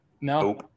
No